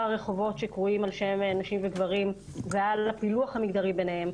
הרחובות שקרויים על שם נשים וגברים ועל הפילוח המגדרי ביניהם.